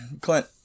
Clint